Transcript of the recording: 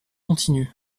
continue